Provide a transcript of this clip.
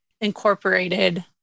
incorporated